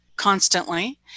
Constantly